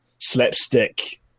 slapstick